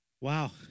Wow